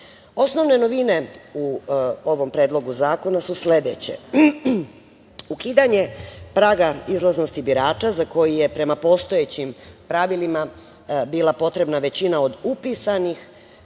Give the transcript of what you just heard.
žive. Osnovne novine u ovom predlogu zakona su sledeće. Ukidanje praga izlaznosti birača za koji je prema postojećim pravilima bila potrebna većina od upisanih